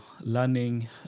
Learning